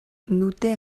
нүдээ